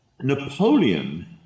Napoleon